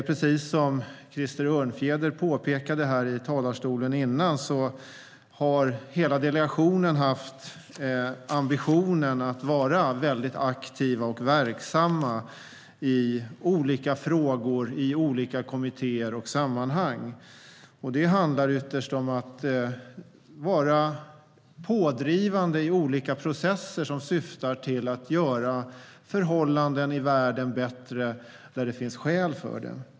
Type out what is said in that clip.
Precis som Krister Örnfjäder påpekade i talarstolen har hela delegationen haft ambitionen att vara aktiv och verksam i olika frågor i olika kommittéer och sammanhang. Det handlar ytterst om att vara pådrivande i olika processer som syftar till att göra förhållanden i världen bättre där det finns skäl för det.